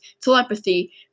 telepathy